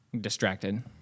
distracted